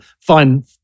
fine